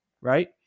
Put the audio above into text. Right